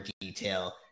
detail